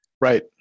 Right